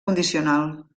condicional